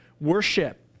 worship